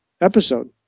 episode